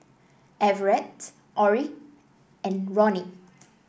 Everette Orrie and Roni